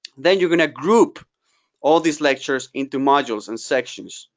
then you're going to group all these lectures into modules and sections,